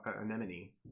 Anemone